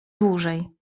dłużej